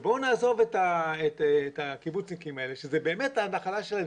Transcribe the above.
ובואו נעזוב את הקיבוצניקים האלה שזה באמת הנחלה שלהם.